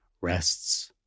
rests